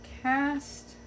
Cast